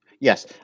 Yes